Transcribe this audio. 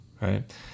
right